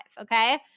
Okay